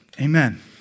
Amen